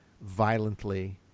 violently